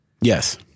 Yes